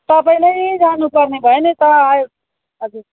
तपाँई नै जानुपर्ने भयो नि त आई हजुर